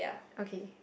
okay